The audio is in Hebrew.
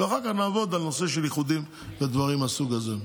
ואחר כך נעבוד על הנושא של איחודים ודברים מהסוג הזה.